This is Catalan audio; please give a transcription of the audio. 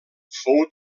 fou